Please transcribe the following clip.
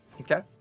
Okay